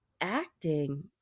acting